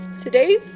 today